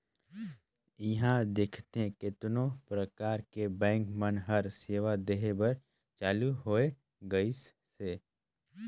इहां देखथे केतनो परकार के बेंक मन हर सेवा देहे बर चालु होय गइसे